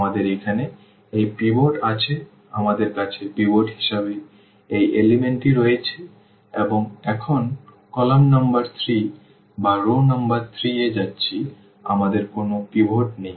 আমাদের এখানে এই পিভট আছে আমাদের কাছে পিভট হিসাবে এই উপাদানটি রয়েছে এবং এখন কলাম নম্বর 3 বা রও নম্বর 3 এ যাচ্ছি আমাদের কোনও পিভট নেই